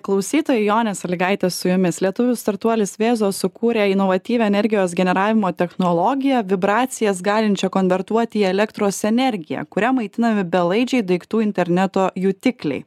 klausytojai jonė salygaitė su jumis lietuvių startuolis viezo sukūrė inovatyvią energijos generavimo technologiją vibracijas galinčią konvertuoti į elektros energiją kuria maitinami belaidžiai daiktų interneto jutikliai